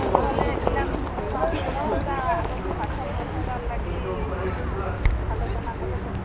ନହେଲେ ପିଲାମାନଙ୍କୁ ଆଉ ଅଧଘଣ୍ଟା ଆଗକୁ ପାଠ ପଢ଼େଇବାର୍ ଲାଗି ଆଲୋଚନା କଲେ ଭଲ ହେବ